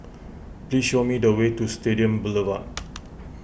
please show me the way to Stadium Boulevard